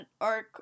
arc